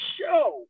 show